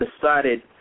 decided